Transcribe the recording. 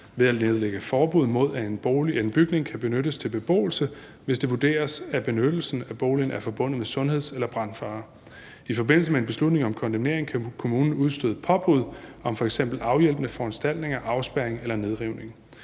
ved at nedlægge forbud mod, at en bygning kan benyttes til beboelse, hvis det vurderes, at benyttelsen af boligen er forbundet med sundheds- eller brandfare. I forbindelse med en beslutning om kondemnering kan kommunen udstede påbud om f.eks. afhjælpende foranstaltninger, afspærring eller nedrivning.